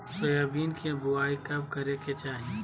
Soybean के बुआई कब करे के चाहि?